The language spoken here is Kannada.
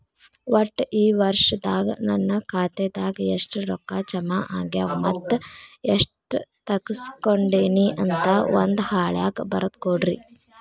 ಒಟ್ಟ ಈ ವರ್ಷದಾಗ ನನ್ನ ಖಾತೆದಾಗ ಎಷ್ಟ ರೊಕ್ಕ ಜಮಾ ಆಗ್ಯಾವ ಮತ್ತ ಎಷ್ಟ ತಗಸ್ಕೊಂಡೇನಿ ಅಂತ ಒಂದ್ ಹಾಳ್ಯಾಗ ಬರದ ಕೊಡ್ರಿ